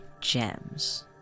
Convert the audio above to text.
gems